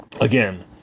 Again